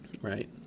right